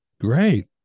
Great